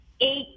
eight